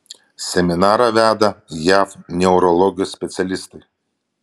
seminarą veda jav neurologijos specialistai